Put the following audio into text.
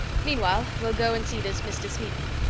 meanwhile, well go and see this mr. smeaton.